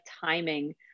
timing